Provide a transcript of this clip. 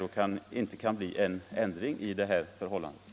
Kan inte detta förhållande ändras?